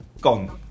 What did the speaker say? Gone